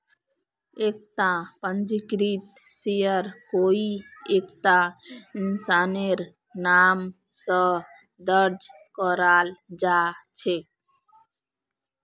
एकता पंजीकृत शेयर कोई एकता इंसानेर नाम स दर्ज कराल जा छेक